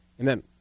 Amen